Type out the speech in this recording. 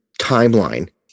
timeline